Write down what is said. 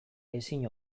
ezin